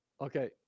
Okay